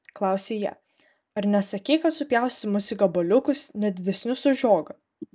klausė jie ar nesakei kad supjaustysi mus į gabaliukus ne didesnius už žiogą